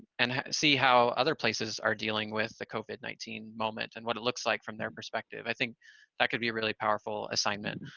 and see how other places are dealing with the covid nineteen moment, and what it looks like from their perspective. i think that could be a really powerful assignment.